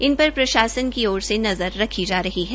इन पर प्रशासन की ओर से नज़र रखी जा रही है